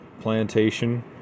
plantation